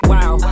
Wow